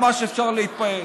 ממש אפשר להתפעל.